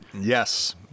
Yes